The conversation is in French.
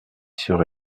sur